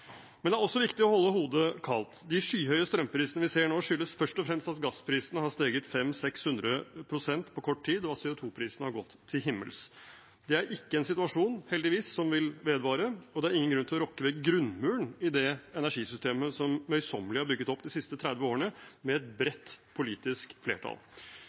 Men det er også viktig å holde hodet kaldt. De skyhøye strømprisene vi ser nå, skyldes først og fremst at gassprisene har steget 500–600 pst. på kort tid, og at CO 2 -prisene har gått til himmels. Det er heldigvis ikke en situasjon som vil vedvare, og det er ingen grunn til å rokke ved grunnmuren i det energisystemet som møysommelig er bygget opp med et bredt politisk flertall de siste 30 årene.